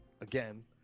again